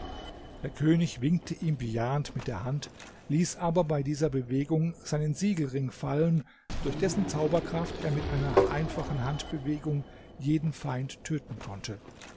der könig winkte ihm bejahend mit der hand ließ aber bei dieser bewegung seinen siegelring fallen durch dessen zauberkraft er mit einer einfachen handbewegung jeden feind töten konnte